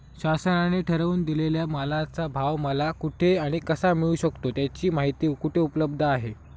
शासनाने ठरवून दिलेल्या मालाचा भाव मला कुठे आणि कसा मिळू शकतो? याची माहिती कुठे उपलब्ध आहे?